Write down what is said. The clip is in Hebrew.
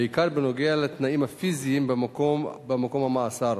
בעיקר בנוגע לתנאים הפיזיים במקום המאסר,